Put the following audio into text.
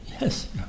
yes